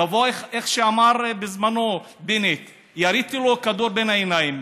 איך אמר בזמנו בנט: יריתי לו כדור בין העיניים,